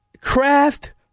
craft